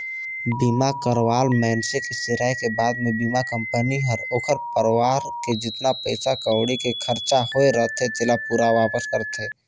बीमा करवाल मइनसे के सिराय के बाद मे बीमा कंपनी हर ओखर परवार के जेतना पइसा कउड़ी के खरचा होये रथे तेला पूरा वापस करथे